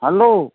hello